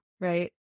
right